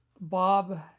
Bob